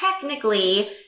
technically